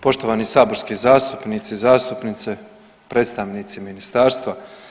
Poštovani saborski zastupnici, zastupnice, predstavnici ministarstva.